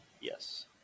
Yes